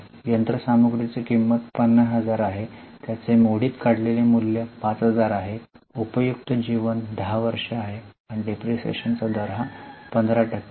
यंत्रसामग्रीची किंमत 50000 आहे भंगार मूल्य 5000 उपयुक्त जीवन 10 वर्षे आणि डिप्रीशीएशन दर 15 टक्के आहे